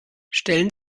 stellen